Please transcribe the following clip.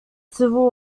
civil